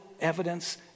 evidence